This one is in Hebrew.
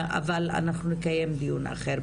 אבל אנחנו נקיים דיון אחר,